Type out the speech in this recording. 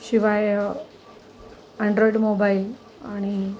शिवाय android mobile आणि